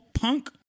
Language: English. punk